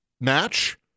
match